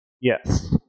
Yes